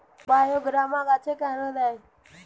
বায়োগ্রামা গাছে কেন দেয়?